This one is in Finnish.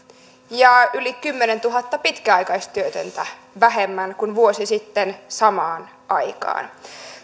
ja yli kymmenentuhatta pitkäaikaistyötöntä vähemmän kuin vuosi sitten samaan aikaan